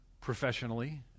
professionally